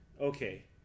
okay